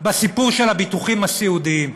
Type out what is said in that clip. בסיפור של הביטוחים הסיעודיים.